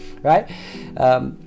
right